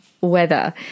weather